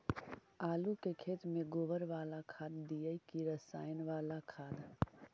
आलू के खेत में गोबर बाला खाद दियै की रसायन बाला खाद?